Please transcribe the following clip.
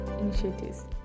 initiatives